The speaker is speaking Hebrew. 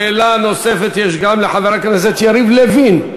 שאילתה נוספת יש גם לחבר הכנסת יריב לוין.